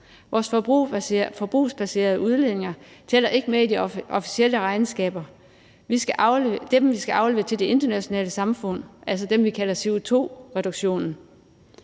Vores forbrugsbaserede udledninger tæller ikke med i de officielle regnskaber, dem, vi skal aflevere til det internationale samfund, over det, vi altså kalder CO2-reduktion.